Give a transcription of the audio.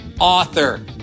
author